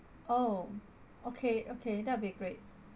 oh okay okay that'll be great